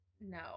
No